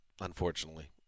unfortunately